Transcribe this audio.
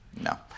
No